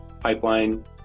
pipeline